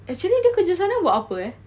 actually dia kerja sana buat apa eh